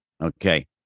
Okay